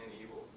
evil